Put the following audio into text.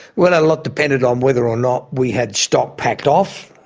well, a lot depended on whether or not we had stock packed off,